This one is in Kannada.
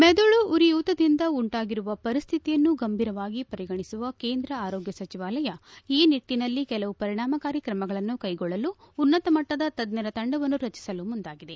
ಮೆದುಳು ಉರಿಯೂತದಿಂದ ಉಂಟಾಗಿರುವ ಪರಿಸ್ಲಿತಿಯನ್ನು ಗಂಭೀರವಾಗಿ ಪರಿಗಣಿಸಿರುವ ಕೇಂದ್ರ ಆರೋಗ್ಲ ಸಚಿವಾಲಯ ಈ ನಿಟ್ಟಿನಲ್ಲಿ ಕೆಲವು ಪರಿಣಾಮಕಾರಿ ಕ್ರಮಗಳನ್ನು ಕೈಗೊಳಲು ಉನ್ನತ ಮಟ್ಟದ ತಜ್ಞರ ತಂಡವನ್ನು ರಚಿಸಲು ಮುಂದಾಗಿದೆ